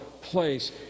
place